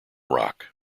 rock